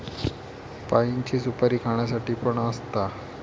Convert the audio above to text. पाइनची सुपारी खाण्यासाठी पण असता